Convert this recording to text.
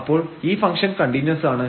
അപ്പോൾ ഈ ഫംഗ്ഷൻകണ്ടിന്യൂസ് ആണ്